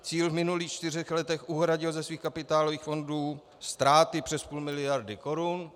Cíl v minulých čtyřech letech uhradil ze svých kapitálových fondů ztráty přes půl miliardy korun.